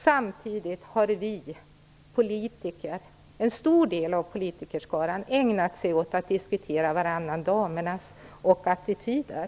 Samtidigt har en stor del av politikerskaran ägnat sig åt att diskutera varannan damernas och attityder.